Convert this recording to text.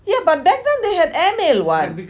yeah but that time they had airmail [what]